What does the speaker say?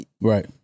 right